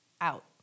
out